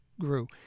grew